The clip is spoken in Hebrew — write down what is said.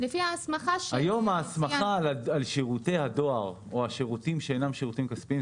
היום ההסמכה על שירותי הדואר או שירותים שאינם שירותים כספיים,